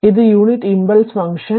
ഇത് unit impulse function